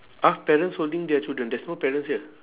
!huh! parents holding their children there's no parents here